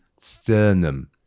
sternum